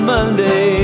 Monday